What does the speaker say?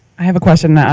i have a question.